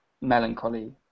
melancholy